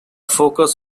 focus